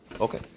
Okay